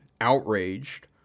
outraged